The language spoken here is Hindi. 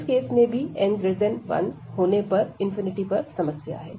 इस केस में भी n1होने पर पर समस्या है